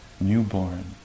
newborn